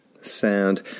sound